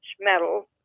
metal